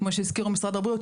כמו שהזכירו משרד הבריאות,